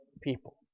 people